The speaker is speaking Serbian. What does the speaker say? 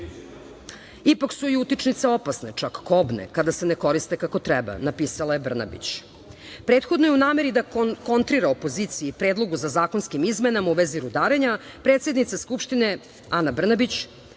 Ipak su i utičnice opasne, čak kobne, kada se ne koriste kako treba“, napisala je Brnabić. Prethodna je u nameri da kontrira opoziciji predlogu sa zakonskim izmenama u vezi rudarenja, predsednica Skupštine Ana Brnabić,